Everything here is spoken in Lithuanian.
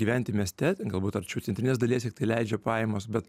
gyventi miesteten galbūt arčiau centrinės dalies jeigu tai leidžia pajamos bet